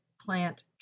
plant